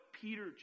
Peter